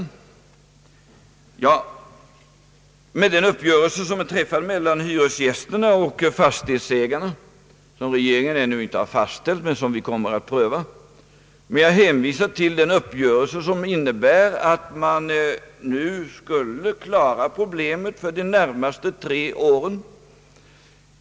Jag hänvisar till den uppgörelse som är träffad mellan hyresgästerna och fastighetsägarna — regeringen har ännu inte fastställt den men vi kommer att pröva den — och som innebär att man nu skulle klara problemet för de närmaste tre åren.